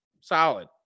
solid